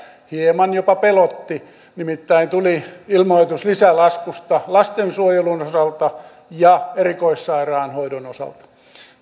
hieman jopa pelottivat nimittäin tuli ilmoitus lisälaskusta lastensuojelun osalta ja erikoissairaanhoidon osalta